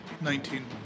Nineteen